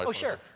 ah sure.